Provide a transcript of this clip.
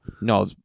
No